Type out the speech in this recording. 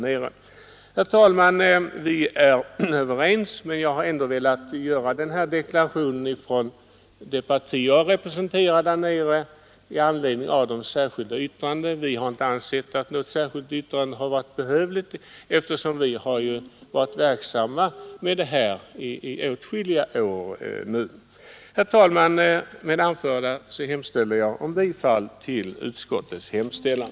Herr talman! Vi är överens, men jag har ändå velat göra den här deklarationen från det parti jag representerar i anledning av det särskilda yttrandet. Vi har inte ansett att något särskilt yttrande har varit behövligt, eftersom vi redan har varit verksamma inom det här området i åtskilliga år. Med det anförda ber jag, herr talman, att få yrka bifall till utskottets hemställan.